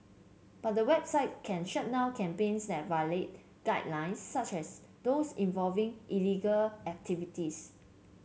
but the website can shut down campaigns that violate guidelines such as those involving illegal activities